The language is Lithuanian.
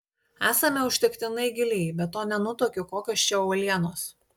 esame užtektinai giliai be to nenutuokiu kokios čia uolienos